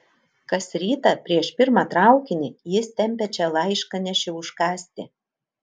kas rytą prieš pirmą traukinį jis tempia čia laiškanešį užkąsti